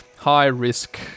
high-risk